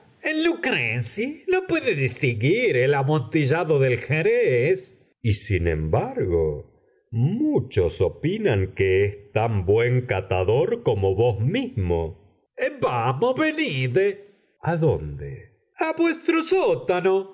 luchresi no puede distinguir el amontillado del jerez y sin embargo muchos opinan que es tan buen catador como vos mismo vamos venid adónde a vuestros sótanos